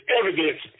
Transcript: evidence